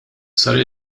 sar